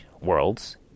worlds